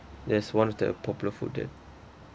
that's one of the popular food that